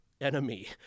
enemy